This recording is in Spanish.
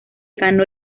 ganó